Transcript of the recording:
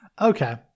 okay